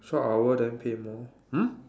twelve hour then pay more mm